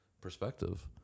Perspective